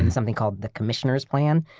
and something called the commissioners' plan,